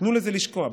תנו לזה לשקוע.